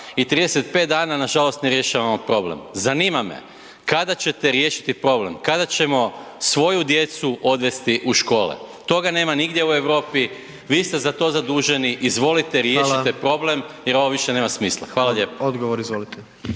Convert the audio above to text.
i 35 nažalost ne rješavamo problem. Zanima me kada ćete riješiti problem, kada ćemo svoju djecu odvesti u škole? Toga nema nigdje u Europi, vi ste za to zaduženi, izvolite riješite problem jer ovo više nema smisla. Hvala lijepo. **Jandroković,